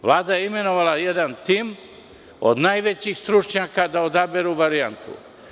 Vlada je imenovala jedan tim od najvećih stručnjaka da izaberu varijantu.